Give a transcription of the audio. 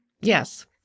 Yes